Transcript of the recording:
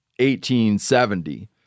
1870